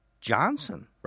Johnson